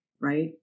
right